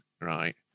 right